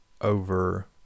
over